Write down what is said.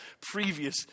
previous